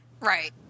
Right